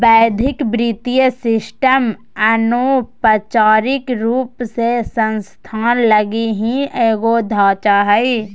वैश्विक वित्तीय सिस्टम अनौपचारिक रूप से संस्थान लगी ही एगो ढांचा हय